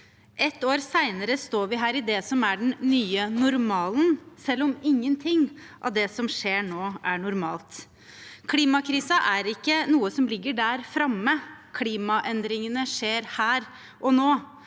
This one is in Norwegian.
Ett år senere står vi her, i det som er den nye normalen, selv om ingenting av det som skjer nå, er normalt. Klimakrisen er ikke noe som ligger der framme. Klimaendringene skjer her og nå.